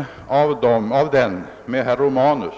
av Hörjelöverenskommelsen.